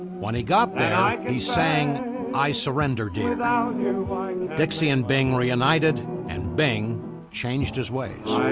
when he got there he sang i surrender dear. dixie and bing re-united and bing changed his ways.